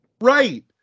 Right